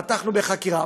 פתחנו בחקירה.